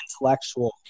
intellectual